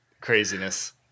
craziness